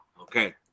okay